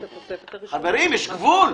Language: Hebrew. חברים, יש גבול.